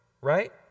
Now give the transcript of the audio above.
Right